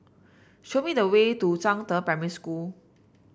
show me the way to Zhangde Primary School